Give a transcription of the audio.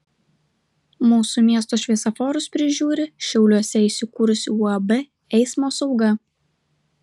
mūsų miesto šviesoforus prižiūri šiauliuose įsikūrusi uab eismo sauga